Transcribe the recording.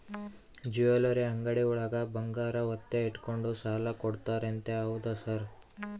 Jewellery ಅಂಗಡಿಯೊಳಗ ಬಂಗಾರ ಒತ್ತೆ ಇಟ್ಕೊಂಡು ಸಾಲ ಕೊಡ್ತಾರಂತೆ ಹೌದಾ ಸರ್?